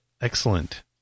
Excellent